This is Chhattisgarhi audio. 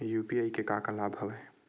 यू.पी.आई के का का लाभ हवय?